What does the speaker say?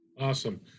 Awesome